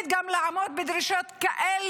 לא מבחינת מחירים, לא מבחינת מי עושה את זה,